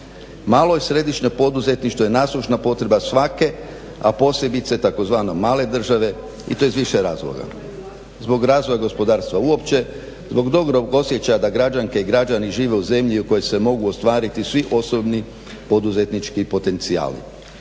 Malo i središnje poduzetništvo je nasušna potreba svake a posebice tzv. male države i to iz više razloga. Zbog razvoja gospodarstva uopće, zbog dobrog osjećaja da građanke i građani žive u zemlji u kojoj se mogu ostvariti svi osobni poduzetnički potencijali.